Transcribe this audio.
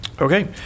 okay